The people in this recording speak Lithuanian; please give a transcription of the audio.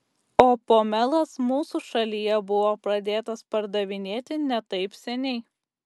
o pomelas mūsų šalyje buvo pradėtas pardavinėti ne taip seniai